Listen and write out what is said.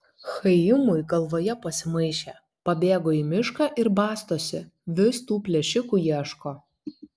chaimui galvoje pasimaišė pabėgo į mišką ir bastosi vis tų plėšikų ieško